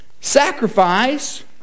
sacrifice